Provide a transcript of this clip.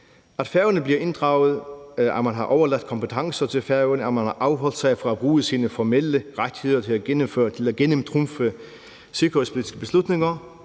at Færøerne bliver inddraget, at man har overladt kompetencen til Færøerne, og at man har afholdt sig fra at bruge sine formelle rettigheder til at gennemtrumfe sikkerhedspolitiske beslutninger.